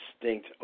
distinct